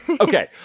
Okay